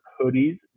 hoodies